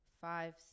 five